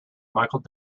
michael